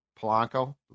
Polanco